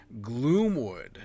Gloomwood